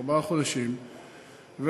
ארבעה חודשים,